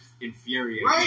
infuriated